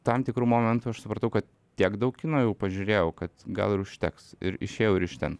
tam tikru momentu aš supratau kad tiek daug kino jau pažiūrėjau kad gal ir užteks ir išėjau ir iš ten